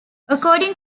according